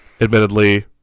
admittedly